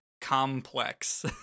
complex